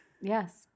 Yes